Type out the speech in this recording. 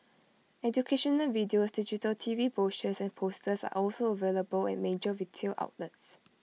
educational videos digital T V brochures and posters are also available at major retail outlets